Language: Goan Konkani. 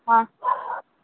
हां